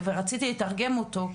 ורציתי לתרגם אותו,